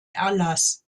erlass